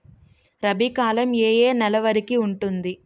రబీ కాలం ఏ ఏ నెల వరికి ఉంటుంది?